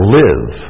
live